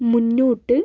മുന്നോട്ട്